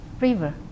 river